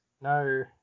No